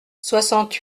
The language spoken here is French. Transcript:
soixante